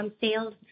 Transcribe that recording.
sales